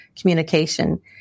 communication